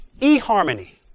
E-harmony